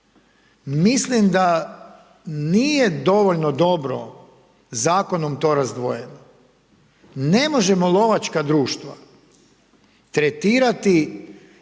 Mislim da nije dovoljno dobro zakonom to razdvojeno. Ne možemo lovačka društva tretirati po